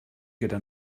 gyda